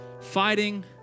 Fighting